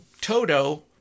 Toto